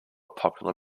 popular